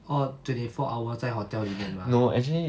all twenty four hour 在 hotel 里面吧